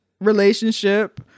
relationship